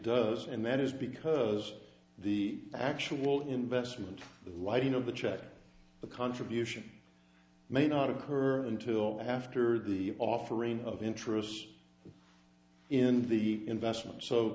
does and that is because the actual investment line of the check the contribution may not occur until after the offering of interest in the investment so